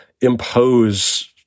impose